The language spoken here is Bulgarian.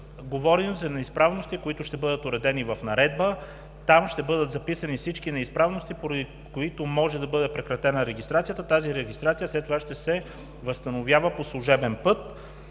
Говорим за неизправности, които ще бъдат уредени в наредба. Там ще бъдат записани всички неизправности, поради които може да бъде прекратена регистрацията. Тази регистрация след това ще се възстановява по служебен път.